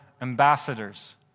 ambassadors